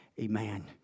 Amen